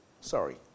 Sorry